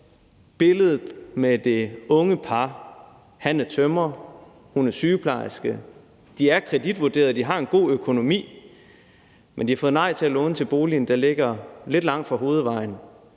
billedet med det unge par. Han er tømrer, hun er sygeplejerske. De er kreditvurderet, og de har en god økonomi, men de får nej til at låne til boligen, der ligger lidt langt fra hovedvejen.